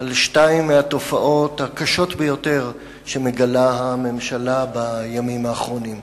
על שתיים מהתופעות הקשות ביותר שמגלה הממשלה בימים האחרונים.